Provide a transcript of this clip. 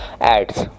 ads